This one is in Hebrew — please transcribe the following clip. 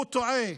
הוא טועה.